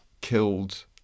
killed